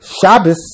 Shabbos